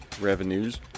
revenues